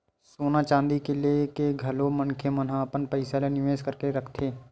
सोना चांदी लेके घलो मनखे मन ह अपन पइसा ल निवेस करके रखथे